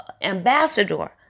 ambassador